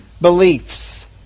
beliefs